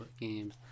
games